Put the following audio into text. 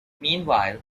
meanwhile